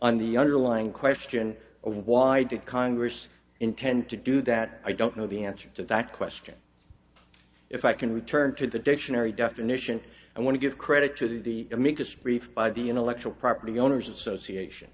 on the underlying question of why did congress intend to do that i don't know the answer to that question if i can return to the dictionary definition and want to give credit to the amicus brief by the intellectual property owners association